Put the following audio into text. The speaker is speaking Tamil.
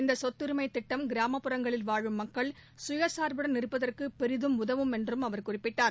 இந்த சொத்தரிமை திட்டம் கிராமப்புறங்களில் வாழும் மக்கள் சுய சார்புடன் இருப்பதற்கு பெரிதும் உதவும் என்று அவர் குறிப்பிட்டார்